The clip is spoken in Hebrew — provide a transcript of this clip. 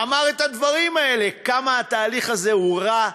אמר את הדברים האלה, כמה התהליך הזה הוא רע,